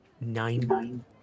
nine